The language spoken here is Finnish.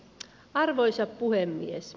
arvoisa puhemies